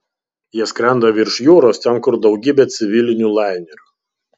jie skrenda virš jūros ten kur daugybė civilinių lainerių